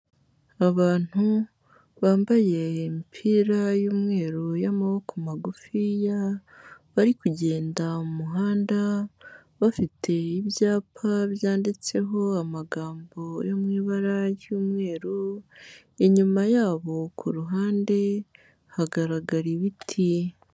Abantu bambaye imipira y'umweru y'amaboko magufiya, bari kugenda mu muhanda bafite ibyapa byanditseho amagambo yo mu ibara ry'umweru, inyuma yabo ku ruhande hagaragara ibiti.